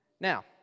Now